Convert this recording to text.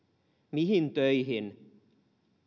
mihin töihin